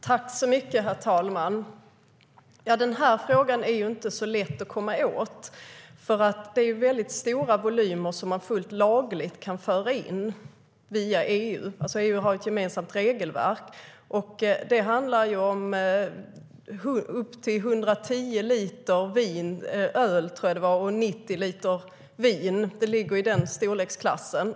Herr talman! Detta problem är inte så lätt att komma åt eftersom man fullt lagligt får föra in stora volymer inom EU. EU har ett gemensamt regelverk som tillåter införsel av, tror jag, 110 liter öl och 90 liter vin. Det ligger i den storleksklassen.